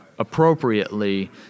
appropriately